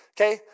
okay